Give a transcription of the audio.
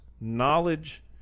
knowledge